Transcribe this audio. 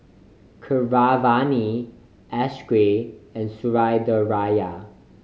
Keeravani Akshay and Sundaraiah